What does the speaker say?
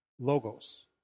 logos